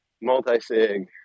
multi-sig